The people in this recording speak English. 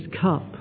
cup